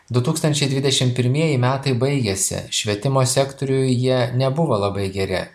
du tūkstančiai dvidešim pirmieji metai baigėsi švietimo sektoriui jie nebuvo labai geri